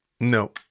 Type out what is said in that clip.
No